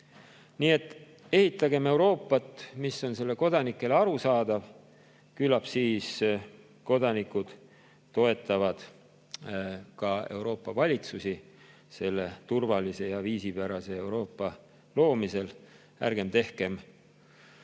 Nii et ehitagem Euroopat, mis on selle kodanikele arusaadav, küllap siis kodanikud toetavad ka Euroopa valitsusi selle turvalise ja viisipärase Euroopa loomisel. Ärgem tehkem